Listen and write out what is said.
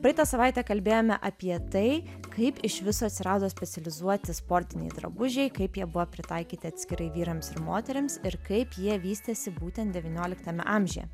praeitą savaitę kalbėjome apie tai kaip iš viso atsirado specializuoti sportiniai drabužiai kaip jie buvo pritaikyti atskirai vyrams ir moterims ir kaip jie vystėsi būtent devynioliktame amžiuje